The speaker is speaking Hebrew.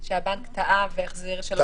כשהבנק טעה והחזיר?